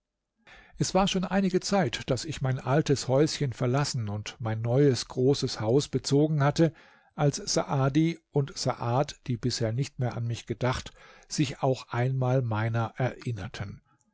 es war schon einige zeit daß ich mein altes häuschen verlassen und mein neues großes haus bezogen hatte als saadi und saad die bisher nicht mehr an mich gedacht sich auch einmal meiner erinnerten